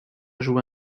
joué